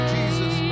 Jesus